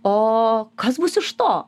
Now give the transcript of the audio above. o kas bus iš to